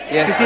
Yes